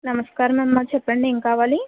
నమస్కారం అమ్మ చెప్పండి ఏం కావాలి